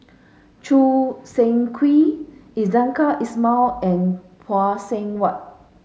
Choo Seng Quee Iskandar Ismail and Phay Seng Whatt